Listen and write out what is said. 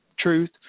truth